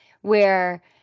where-